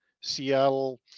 Seattle